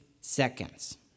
seconds